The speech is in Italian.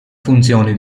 funzioni